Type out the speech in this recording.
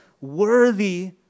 worthy